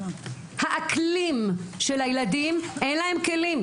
האקלים של הילדים, אין להם כלים.